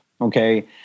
okay